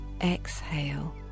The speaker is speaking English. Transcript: exhale